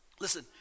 Listen